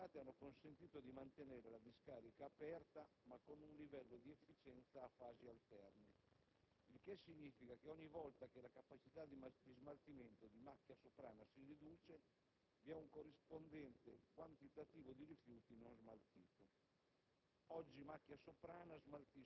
Le soluzioni tecniche apportate hanno consentito di mantenere la discarica aperta ma con un livello di efficienza a fasi alterne. Ciò significa che ogni volta che la capacità di smaltimento di Macchia Soprana si riduce, vi è un corrispondente quantitativo di rifiuti non smaltito.